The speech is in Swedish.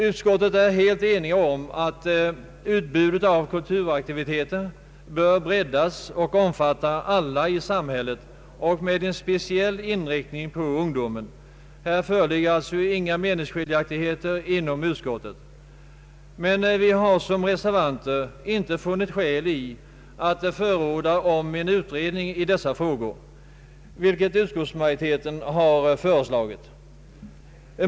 Utskottet är helt enigt om att utbudet av kulturaktiviteter bör breddas och omfatta alla i samhället, med en speciell inriktning på ungdomen. Här föreligger alltså inga meningsskiljaktigheter inom utskottet. Vi har emellertid såsom reservanter inte funnit skäl att förorda en utredning i dessa frågor, vilket utskottsmajoriteten har föreslagit.